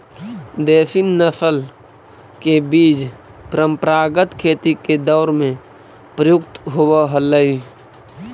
देशी नस्ल के बीज परम्परागत खेती के दौर में प्रयुक्त होवऽ हलई